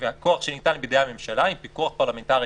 והכוח שניתן בידי הממשלה עם פיקוח פרלמנטרי,